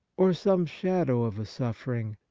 or some shadow of a suffering,